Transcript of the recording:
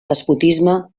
despotisme